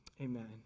amen